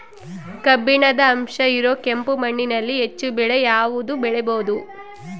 ಕಬ್ಬಿಣದ ಅಂಶ ಇರೋ ಕೆಂಪು ಮಣ್ಣಿನಲ್ಲಿ ಹೆಚ್ಚು ಬೆಳೆ ಯಾವುದು ಬೆಳಿಬೋದು?